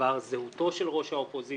בדבר זהותו של ראש האופוזיציה,